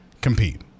Compete